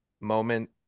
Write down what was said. moment